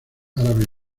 árabe